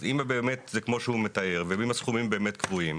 אז אם זה באמת כמו שהוא מתאר ואם הסכומים באמת קבועים,